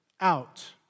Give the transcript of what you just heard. out